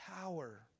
power